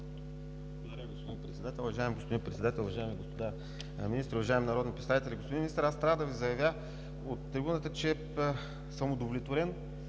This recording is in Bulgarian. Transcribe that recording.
Благодаря, господин Председател. Уважаеми господин Председател, уважаеми господа министри, уважаеми народни представители! Господин Министър, трябва да заявя от трибуната, че съм удовлетворен